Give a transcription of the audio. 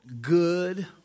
good